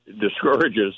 discourages